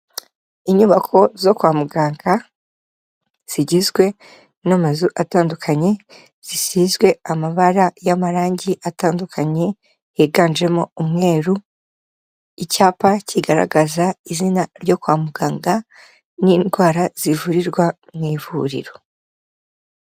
Inyubako zo kwa muganga zigizwe n'amazu atandukanye, zisizwe amabara y'amarangi atandukanye, higanjemo umweru, icyapa kigaragaza izina ryo kwa muganga n'indwara zivurirwa mu ivuriro.